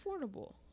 affordable